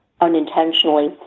unintentionally